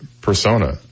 persona